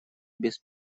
без